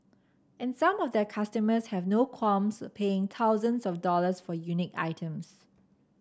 and some of their customers have no qualms paying thousands of dollars for unique items